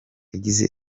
yagize